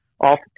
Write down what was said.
off